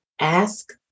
ask